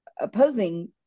opposing